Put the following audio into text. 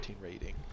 rating